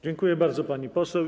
Dziękuję bardzo, pani poseł.